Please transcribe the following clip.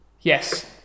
Yes